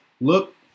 look